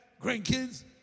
grandkids